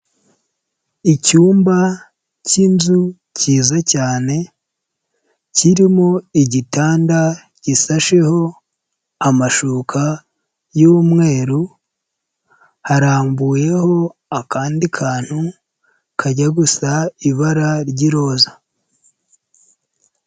Icyumba k'inzu kiza cyane kirimo igitanda gishasheho amashuka y'umweru, harambuyeho akandi kantu kajya gusa ibara ry'iroza.